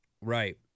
Right